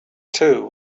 too